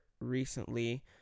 recently